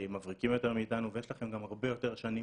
מבריקים יותר מאיתנו ויש לכם גם הרבה יותר שנים